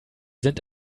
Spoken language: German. sind